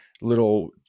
little